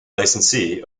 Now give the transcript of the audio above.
licensee